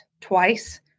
twice